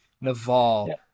Naval